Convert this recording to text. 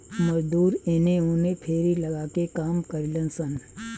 मजदूर एने ओने फेरी लगा के काम करिलन सन